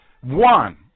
one